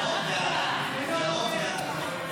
(הגבלת תשלום דמי חניה במוסד רפואי),